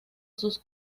sus